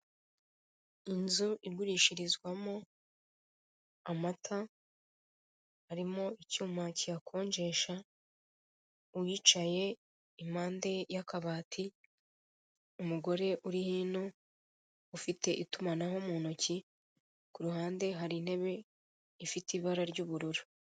Inzu igurishirizwamo amata irimo icyuma kiyakonjesha, uwicaye impande y'akabati, umugore uri hino ufire itumanaho mu ntoki ku ruhande hari ntebe ifite ibara ry'ubururu.